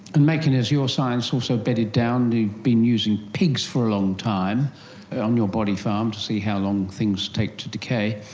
and maiken, is your science also bedded down? you've been using pigs for a long time on your body farm to see how long things take to decay,